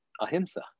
ahimsa